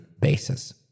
basis